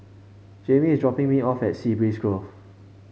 Jamie is dropping me off at Sea Breeze Grove